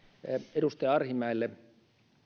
edustaja arhinmäelle